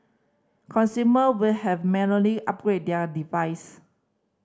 consumer will have manually upgrade their device